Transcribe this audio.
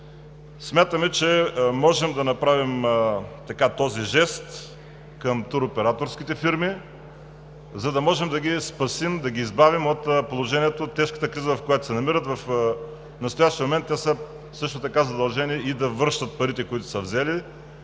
Смятаме, че можем да направим този жест към туроператорските фирми, за да можем да ги спасим, да ги избавим от положението, от тежката криза, в която се намират. В настоящия момент те са също така задължени и да връщат парите, които са взели.